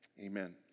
Amen